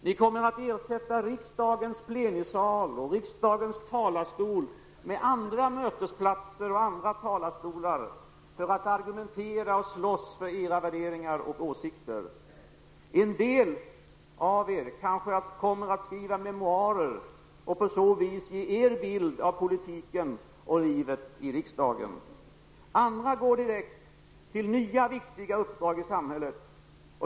Ni kommer att ersätta riksdagens plenisal och riksdagens talarstol med andra mötesplatser och andra talarstolar för att argumentera och slåss för era värderingar och åsikter. En del av er kanske kommer att skriva memoarer, och på så vis ge er bild av politiken och livet i riksdagen. Andra går direkt till nya viktiga uppdrag i samhället.